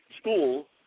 school